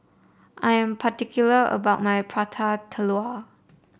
I am particular about my Prata Telur